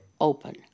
open